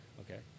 Okay